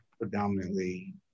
predominantly